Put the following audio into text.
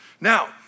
Now